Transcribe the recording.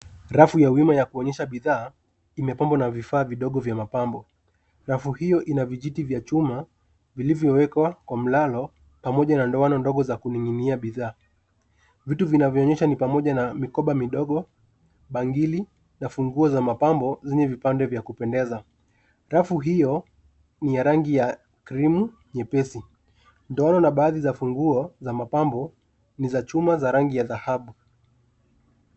Rafu ya wima ya kuonyesha bidhaa imepambwa na vifaa vidogo vya mapambo. Rafu hiyo ina vijiti vya chuma vilivyo ekwa kwa mlalo pamoja na ndowano ndogo za kuninginia bidhaa. Vitu vinavyo onyesha ni pamoja na mikoba midogo, bangili na funguo za mapambo zenye vipande vya kupendeza. Rafu hiyo ni ya rangi ya krimu nyepesi. Ndowano na baadhi za funguo za mapambo ni za chuma za rangi ya dhahabu.